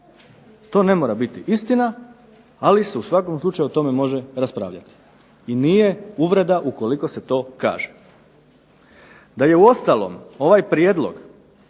To ne mora biti istina, ali se u svakom slučaju o tome može raspravljati. I nije uvreda ukoliko se to kaže. Da je uostalom ovaj prijedlog